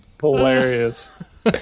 Hilarious